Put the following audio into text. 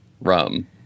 rum